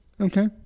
Okay